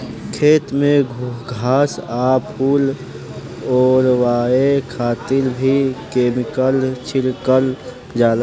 खेत में से घास आ फूस ओरवावे खातिर भी केमिकल छिड़कल जाला